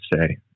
say